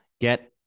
Get